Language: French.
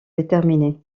déterminée